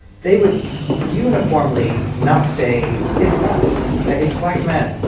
they would uniformly not say it's us. it's black men.